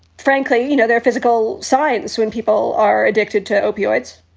frankly, you know, there are physical science when people are addicted to opioids.